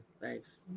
Thanks